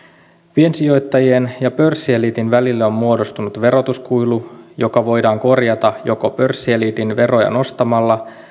piensijoittajien ja pörssieliitin välille on muodostunut verotuskuilu joka voidaan korjata joko pörssieliitin veroja nostamalla